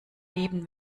leben